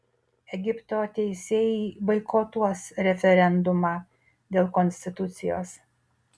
egipto teisėjai boikotuos referendumą dėl konstitucijos